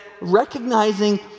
recognizing